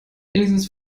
wenigstens